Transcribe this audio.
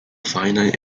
finite